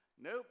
Nope